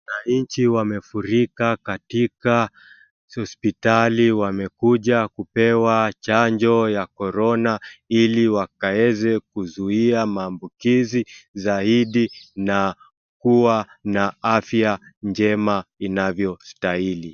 Wananchi wamefurika katika hospitali. Wamekuja kupewa chanjo ya Corona ili wakaweze kuzuia maambukizi zaidi na kuwa na afya njema inavyostahili.